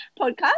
podcast